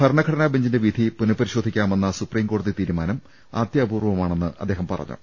ഭരണഘടനാ ബഞ്ചിന്റെ വിധി പുനഃപരിശോധിക്കാമെന്ന സുപ്രീം കോടതി തീരുമാനം അത്യപൂർവ്വ മാണെന്ന് അദ്ദേഹം പറഞ്ഞു